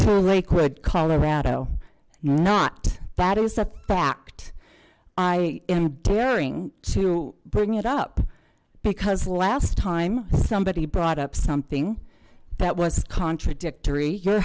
to lakewood colorado not that is a fact i am daring to bring it up because last time somebody brought up something that was contradictory your